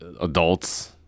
adults